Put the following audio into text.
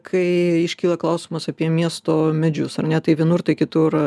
kai iškyla klausimas apie miesto medžius ar ne tai vienur tai kitur